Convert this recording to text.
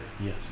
yes